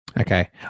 Okay